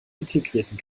integrierten